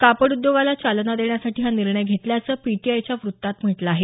कापड उद्योगाला चालना देण्यासाठी हा निर्णय घेतल्याचं पीटीआयच्या वृत्तात म्हटलं आहे